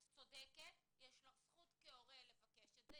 את צודקת ויש לך זכות כהורה לבקש זאת,